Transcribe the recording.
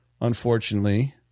unfortunately